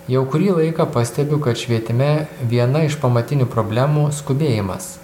jau kurį laiką pastebiu kad švietime viena iš pamatinių problemų skubėjimas